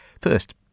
First